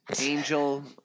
Angel